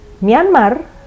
Myanmar